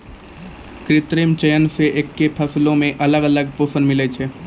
कृत्रिम चयन से एक्के फसलो मे अलग अलग पोषण मिलै छै